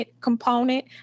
component